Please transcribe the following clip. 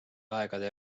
aegade